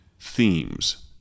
themes